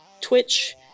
Twitch